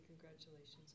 congratulations